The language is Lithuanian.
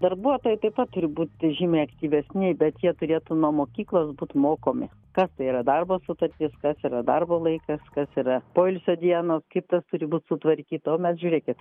darbuotojai taip pat turi būti žymiai aktyvesni bet jie turėtų nuo mokyklos būt mokomi kas tai yra darbo sutartis kas yra darbo laikas kas yra poilsio dienos kaip tas turi būt sutvarkyta o mes žiūrėkit